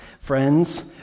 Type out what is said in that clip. Friends